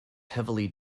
heavily